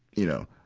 you know,